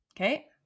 Okay